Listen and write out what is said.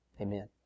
Amen